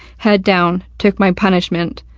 head down, took my punishment,